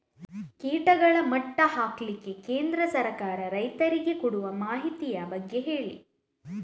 ಕೀಟಗಳ ಮಟ್ಟ ಹಾಕ್ಲಿಕ್ಕೆ ಕೇಂದ್ರ ಸರ್ಕಾರ ರೈತರಿಗೆ ಕೊಡುವ ಮಾಹಿತಿಯ ಬಗ್ಗೆ ಹೇಳಿ